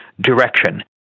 direction